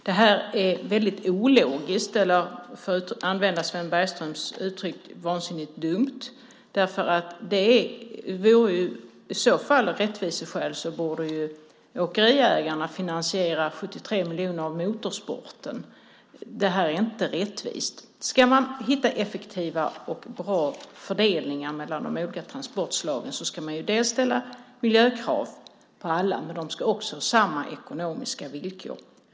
Det här är väldigt ologiskt eller, för att använda Sven Bergströms uttryck, vansinnigt dumt. Av rättviseskäl borde ju åkeriägarna i så fall finansiera 73 miljoner av motorsporten. Det här är inte rättvist. Ska man hitta effektiva och bra fördelningar mellan de olika transportslagen ska man ställa miljökrav på alla, och de ska också ha samma ekonomiska villkor.